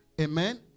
Amen